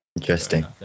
Interesting